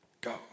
Go